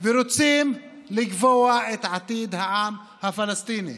ורוצים לקבוע את עתיד העם הפלסטיני.